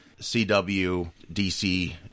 CW-DC